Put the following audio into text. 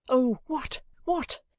oh, what? what?